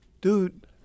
Dude